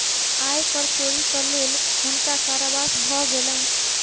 आय कर चोरीक लेल हुनका कारावास भ गेलैन